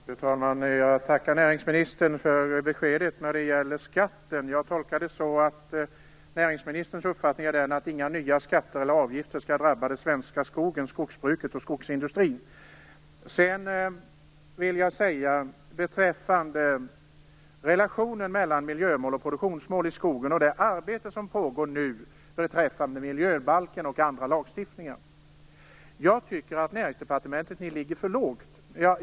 Fru talman! Jag tackar näringsministern för beskedet om skatten. Jag tolkar det så att näringsministern menar att inga nya skatter eller avgifter skall drabba den svenska skogen, skogsbruket och skogsindustrin. Beträffande relationen mellan miljömål och produktionsmål i skogen samt det arbete som nu pågår och som gäller miljöbalken och annan lagstiftning tycker jag att ni på Näringsdepartementet ligger för lågt.